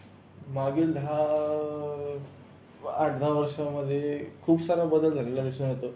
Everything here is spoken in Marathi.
मागील दहा आठ दहा वर्षामध्ये खूप सारा बदल झालेला दिसून येतो